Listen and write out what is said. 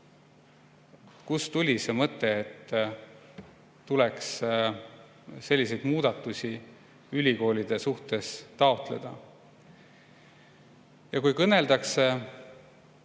Kust tuli see mõte, et tuleks selliseid muudatusi ülikoolide jaoks taotleda? Ja kui kõneldakse